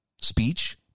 speech